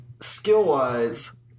Skill-wise